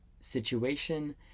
situation